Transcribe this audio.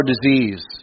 disease